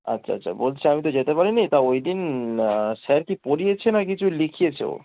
আচ্ছা আচ্ছা বলছি আমি তো যেতে পারি নি তা ওই দিন স্যার কি পরিয়েছে না কিছু লিখিয়েছে ও